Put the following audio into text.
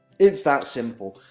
it's that simple,